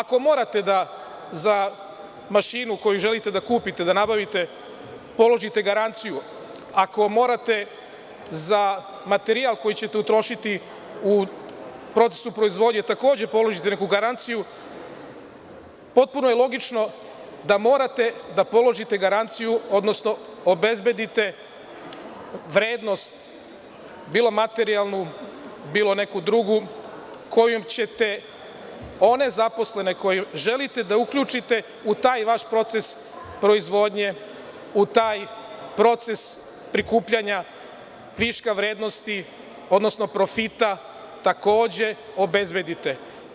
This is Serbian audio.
Ako morate da za mašinu koju želite da kupite, položite garanciju, ako morate za materijal koji ćete utrošiti u procesu proizvodnje takođe položiti neku garanciju, potpuno je logično da morate da položite garanciju, odnosno obezbedite vrednost bilo materijalnu, bilo neku drugu, kojom ćete one zaposlene koje želite da uključite u taj vaš proces proizvodnje, u taj proces prikupljanja viška vrednosti, odnosno profita, takođe obezbedite.